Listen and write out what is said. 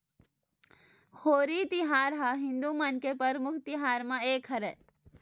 होरी तिहार ह हिदू मन के परमुख तिहार मन म एक हरय